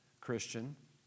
Christian